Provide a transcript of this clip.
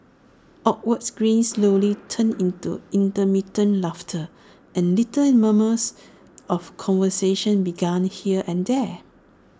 awkward grins slowly turned into intermittent laughter and little murmurs of conversation began here and there